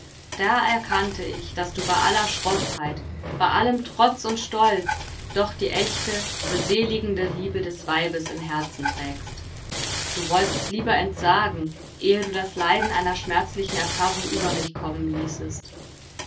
da erkannte ich daß du bei aller schroffheit bei allem trotz und stolz doch die echte beseligende liebe des weibes im herzen trägst du wolltest lieber entsagen ehe du das leiden einer schmerzlichen erfahrung über mich kommen ließest